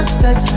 sex